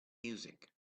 music